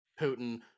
putin